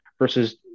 versus